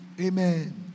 Amen